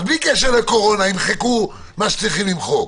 בלי קשר לקורונה ימחקו את מה שצריך למחוק.